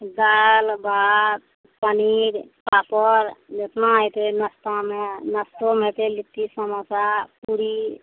दालि भात पनीर पापड़ जेतना हेतय नस्तामे नस्तोमे हेतय लिट्टी समोसा पूरी